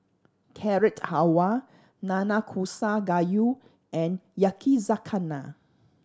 Carrot Halwa Nanakusa Gayu and Yakizakana